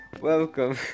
welcome